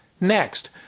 Next